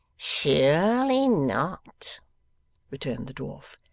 surely not returned the dwarf.